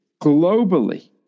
globally